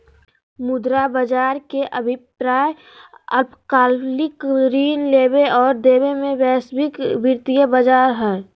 मुद्रा बज़ार के अभिप्राय अल्पकालिक ऋण लेबे और देबे ले वैश्विक वित्तीय बज़ार हइ